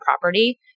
property